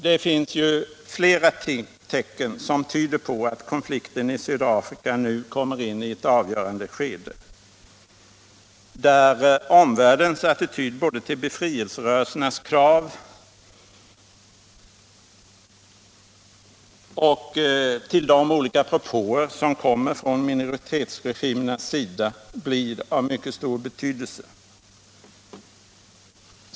Det finns ju flera tecken som tyder på att konflikten i södra Afrika nu kommer in i ett avgörande skede, där omvärldens attityd både till befrielserörelsernas krav och till de olika propåer som kommer från minoritetsregimernas sida blir av mycket stor betydelse.